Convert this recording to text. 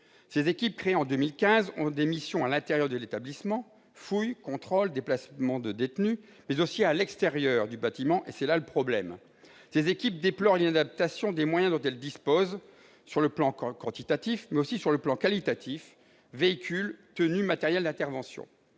Ces équipes, créées en 2015, assurent des missions à l'intérieur de l'établissement- fouilles, contrôles, déplacement de détenus -, mais aussi à l'extérieur du bâtiment ; c'est là qu'est le problème. Ces équipes déplorent l'inadaptation des moyens dont elles disposent, sur le plan quantitatif, mais aussi sur le plan qualitatif, qu'il s'agisse de leurs